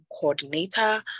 coordinator